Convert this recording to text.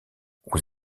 aux